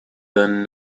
then